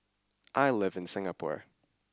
I live in Singapore